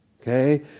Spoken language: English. Okay